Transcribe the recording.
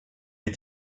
les